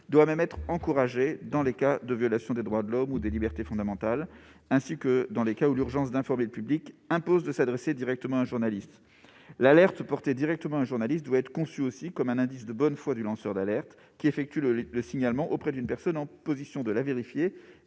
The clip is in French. doit même être encouragée « dans les cas de violations des droits de l'homme ou des libertés fondamentales, ainsi que dans les cas où l'urgence d'informer le public impose de s'adresser directement à un journaliste ». L'alerte portée ainsi directement à la connaissance d'un journaliste doit être conçue aussi comme un indice de la bonne foi du lanceur d'alerte qui effectue le signalement auprès d'une personne en position de la vérifier